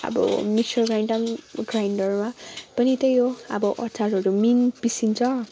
अब मिक्सर ग्राइन्डरमा पनि त्यही हो अब अचारहरू मिहिन पिसिन्छ